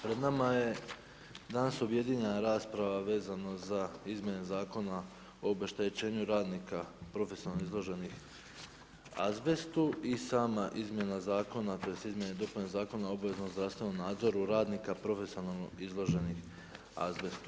Pred nama je danas objedinjena rasprava vezano za izmjene zakona o obeštećenju radnika profesionalno izloženih azbestu i sama izmjena zakona, tj. izmjene i dopune zakona o obaveznom zdravstvenom nadzoru radnika profesionalno izloženih azbestu.